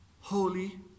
holy